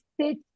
sit